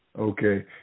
Okay